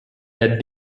that